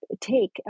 take